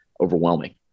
overwhelming